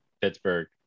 Pittsburgh